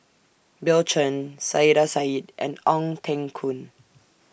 Bill Chen Saiedah Said and Ong Teng Koon